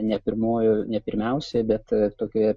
ne pirmojoj ne pirmiausia bet tokioje